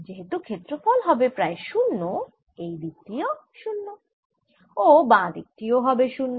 যেহেতু ক্ষেত্রফল হবে প্রায় শূন্য এই দিক টি 0 ও বাঁ দিক টি ও হবে শূন্য